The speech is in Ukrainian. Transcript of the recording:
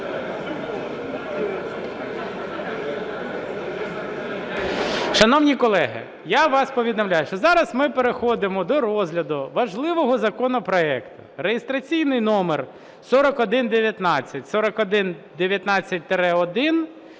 Шановні колеги, я вам повідомляю, що зараз ми переходимо до розгляду важливого законопроекту (реєстраційний номер 4119,